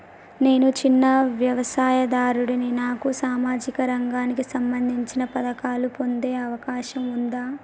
నేను చిన్న వ్యవసాయదారుడిని నాకు సామాజిక రంగానికి సంబంధించిన పథకాలు పొందే అవకాశం ఉందా?